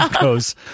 goes